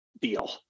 Deal